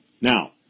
Now